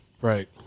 Right